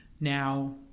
now